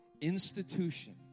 institution